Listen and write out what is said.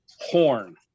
horn